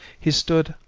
he stood,